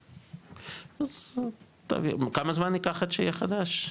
אוקי, כמה זמן ייקח עד שיהיה חדש?